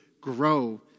grow